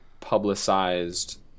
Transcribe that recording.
publicized